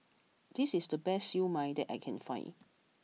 this is the best Siew Mai that I can find